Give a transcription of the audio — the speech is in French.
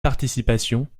participations